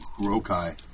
Rokai